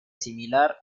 similar